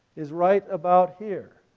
is right about here,